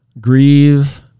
grieve